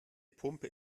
pumpe